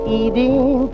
eating